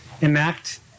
enact